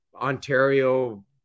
Ontario